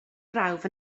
brawf